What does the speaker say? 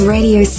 Radio